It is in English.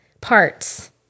parts